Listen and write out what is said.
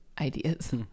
ideas